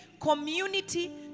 community